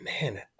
man